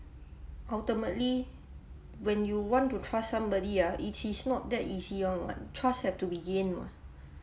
ultimately when you want to trust somebody ah it is not that easy [one] [what] trust have to be gained [what]